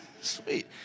sweet